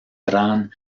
gran